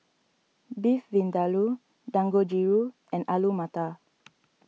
Beef Vindaloo Dangojiru and Alu Matar